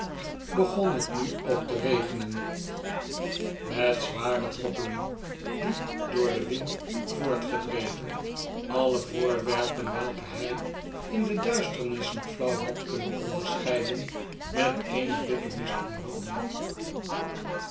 begon het nu ook te regenen met zware droppelen die door den wind voortgedreven ajle voorwerpen welke hij in de duisternis nog flauw had kunnen onderscheiden met eenen dikken mist